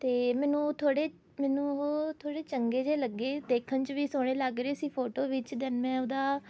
ਅਤੇ ਮੈਨੂੰ ਉਹ ਥੋੜ੍ਹੇ ਮੈਨੂੰ ਉਹ ਥੋੜ੍ਹੇ ਚੰਗੇ ਜਿਹੇ ਲੱਗੇ ਦੇਖਣ 'ਚ ਵੀ ਸੋਹਣੇ ਲੱਗ ਰਹੇ ਸੀ ਫੋਟੋ ਵਿੱਚ ਦੈਨ ਮੈਂ ਉਹਦਾ